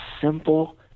simple